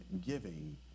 giving